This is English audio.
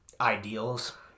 ideals